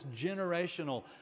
generational